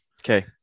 Okay